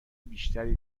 بیشتری